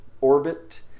orbit